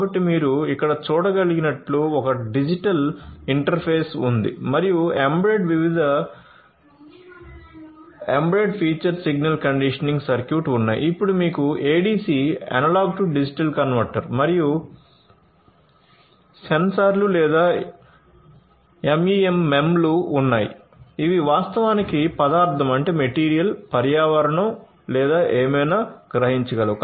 కాబట్టి మీరు ఇక్కడ చూడగలిగినట్లుగా ఒక డిజిటల్ ఇంటర్ఫేస్ ఉంది మరియు ఎంబెడెడ్ వివిధ embedded features signal conditioning circuit ఉన్నాయి అప్పుడు మీకు ADC analog to digital converter మరియు సెన్సార్లు లేదా MEM లు ఉన్నాయి ఇవి వాస్తవానికి పదార్థం లేదా ఏమైనా గ్రహించగలవు